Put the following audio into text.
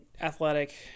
Athletic